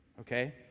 Okay